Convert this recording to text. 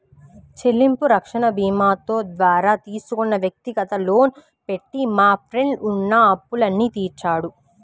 చెల్లింపు రక్షణ భీమాతో ద్వారా తీసుకున్న వ్యక్తిగత లోను పెట్టి మా ఫ్రెండు ఉన్న అప్పులన్నీ తీర్చాడు